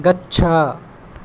गच्छ